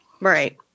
right